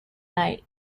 night